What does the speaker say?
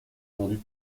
rendues